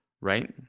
right